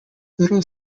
little